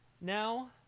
Now